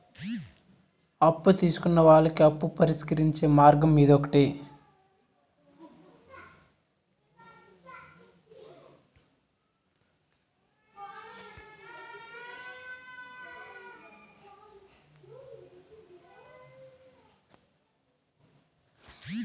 అప్పు తీసుకున్న వాళ్ళకి అప్పు పరిష్కరించే మార్గం ఇదొకటి